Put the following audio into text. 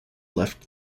left